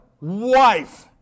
wife